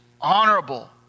honorable